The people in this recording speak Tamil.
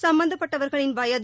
சும்பந்தப்பட்டவர்களின் வயது